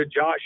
Josh